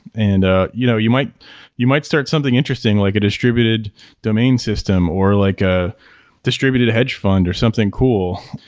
and ah you know you might you might start something interesting like a distributed domain system, or like a distributed hedge fund or something cool.